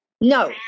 no